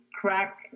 crack